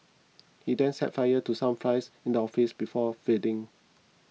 he then set fire to some files in the office before fleeing